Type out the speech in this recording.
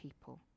people